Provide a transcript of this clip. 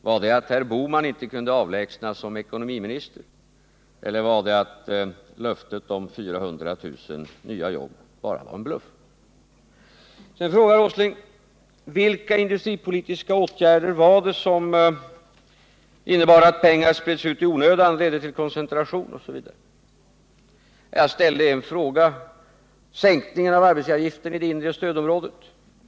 Var det att herr Bohman inte kunde avlägsnas som ekonomiminister eller var det att löftet om 400 000 nya jobb bara var en bluff? Sedan frågar Nils Åsling: Vilka industripolitiska åtgärder var det som innebar att pengar spreds ut i onödan och ledde till koncentration osv.? Jag ställde en fråga som gällde arbetsgivaravgiften i det inre stödområdet.